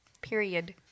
Period